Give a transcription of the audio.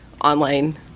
online